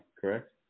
correct